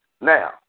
Now